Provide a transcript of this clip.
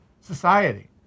society